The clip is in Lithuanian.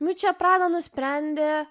miučia prada nusprendė